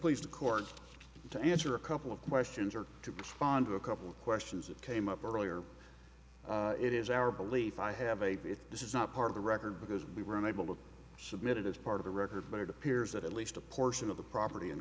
please the court to answer a couple of questions or to find a couple of questions that came up earlier it is our belief i have a bit this is not part of the record because we were unable to submit it as part of the record but it appears that at least a portion of the property in